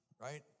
right